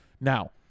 Now